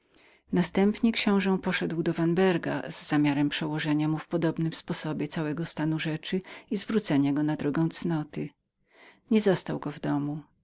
następnie książe udał się do vanberga z zamiarem przełożenia mu w podobnym sposobie całego stanu rzeczy i zwrócenia go na drogę cnoty nie zastał go w domu